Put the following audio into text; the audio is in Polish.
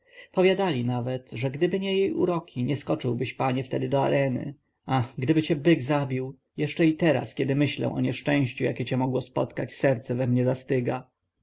powiadali nawet że gdyby nie jej uroki nie skoczyłbyś panie wtedy do areny ach gdyby cię byk zabił jeszcze i teraz kiedy myślę o nieszczęściu jakie cię mogło spotkać serce we mnie zastyga